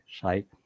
site